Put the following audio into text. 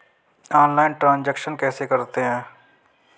Online transaction कैसे करते हैं?